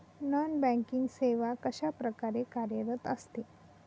Non banking सेवा कशाप्रकारे कार्यरत असते?